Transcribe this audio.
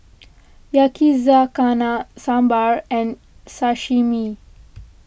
Yakizakana Sambar and Sashimi